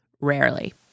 Rarely